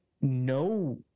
no